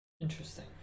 Interesting